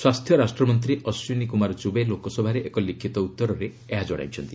ସ୍ୱାସ୍ଥ୍ୟ ରାଷ୍ଟ୍ରମନ୍ତ୍ରୀ ଅଶ୍ୱିନୀ କୁମାର ଚୂବେ ଲୋକସଭାରେ ଏକ ଲିଖିତ ଉତ୍ତରରେ ଏହା କହିଛନ୍ତି